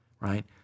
right